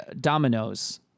dominoes